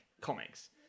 comics